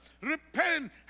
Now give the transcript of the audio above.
repent